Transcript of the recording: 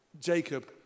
Jacob